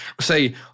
say